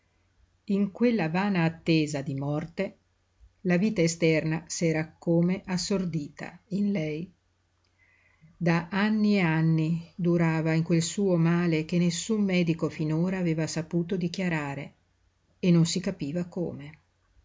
in quella vana attesa di morte la vita esterna s'era come assordita in lei da anni e anni durava in quel suo male che nessun medico finora aveva saputo dichiarare e non si capiva come